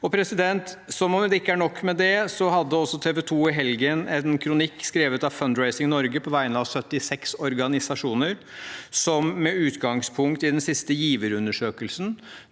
Som om ikke det er nok, hadde TV 2 i helgen en kronikk skrevet av Fundraising Norge på vegne av 76 organisasjoner, som med utgangspunkt i den siste giverundersøkelsen